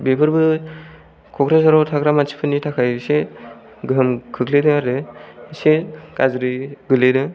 बेफोरबो क'क्राझाराव थाग्रा मानसिफोरनि थाखाय एसे गोहोम खोख्लैदों आरो एसे गाज्रि गोलैदों